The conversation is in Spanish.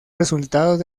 resultados